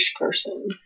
Person